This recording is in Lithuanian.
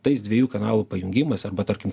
tais dviejų kanalų pajungimais arba tarkim